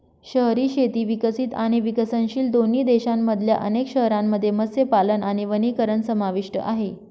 शहरी शेती विकसित आणि विकसनशील दोन्ही देशांमधल्या अनेक शहरांमध्ये मत्स्यपालन आणि वनीकरण समाविष्ट आहे